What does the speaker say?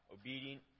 obedient